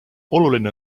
oluline